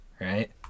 right